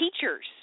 teachers